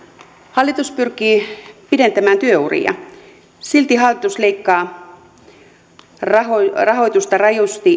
hallitus pyrkii pidentämään työuria silti hallitus leikkaa rahoitusta rahoitusta rajusti